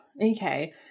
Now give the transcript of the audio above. okay